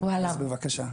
אז בבקשה".